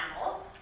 animals